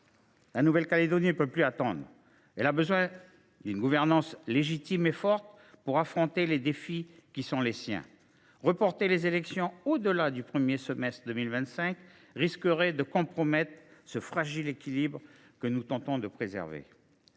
La Nouvelle Calédonie ne peut plus attendre. Elle a besoin d’une gouvernance légitime et forte pour affronter les défis qui sont les siens. Reporter les élections au delà du premier semestre 2025 risquerait de compromettre ce fragile équilibre que nous tentons de préserver.